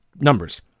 numbers